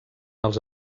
els